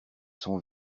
son